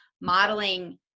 modeling